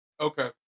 Okay